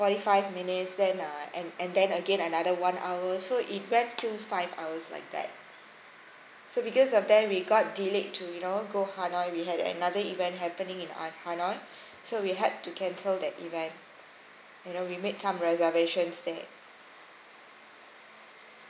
forty five minutes then uh and and then again another one hour so it went through five hours like that so because of that we got delayed to you know go hanoi we had another event happening in ha~ hanoi so we had to cancel that event you know we made some reservations there